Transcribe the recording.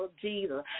Jesus